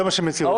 זה מה שהם הצהירו.